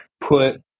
put